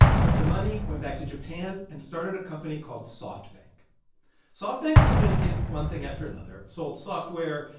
took the money, went back to japan and started a company called softbank softbank sort of did one thing after another sold software,